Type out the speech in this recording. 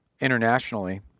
internationally